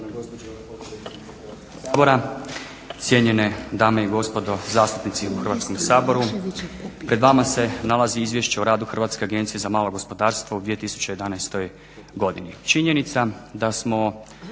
Hrvatske agencije za malo gospodarstvo u 2011. godini. Činjenica da vam